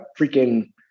freaking